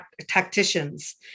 tacticians